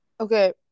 okay